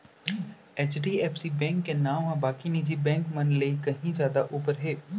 HDFC bank के नांव ह बाकी निजी बेंक मन ले कहीं जादा ऊपर हे